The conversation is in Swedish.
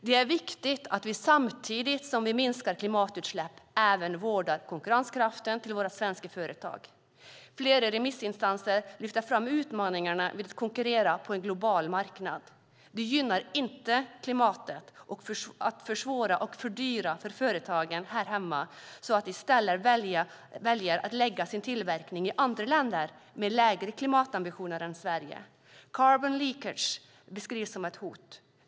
Det är viktigt att vi, samtidigt som vi minskar klimatutsläppen, vårdar konkurrenskraften för våra svenska företag. Flera remissinstanser lyfter fram utmaningarna när det gäller att konkurrera på en global marknad. Det gynnar inte klimatet att försvåra och fördyra för företagen här hemma så att de i stället väljer att lägga sin tillverkning i andra länder med lägre klimatambitioner än Sverige. Carbon leakage beskrivs som ett hot.